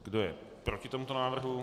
Kdo je proti tomuto návrhu?